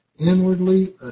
Inwardly